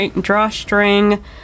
drawstring